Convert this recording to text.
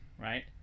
right